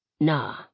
Nah